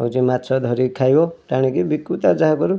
ହେଉଛି ମାଛ ଧରିକି ଖାଇବ ଟାଣିକି ବିକୁ ତା'ର ଯାହା କରୁ